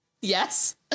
Yes